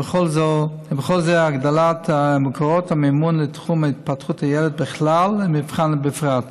ובכלל זה להגדלת מקורות המימון לתחום התפתחות הילד בכלל ולמבחן בפרט.